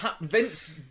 Vince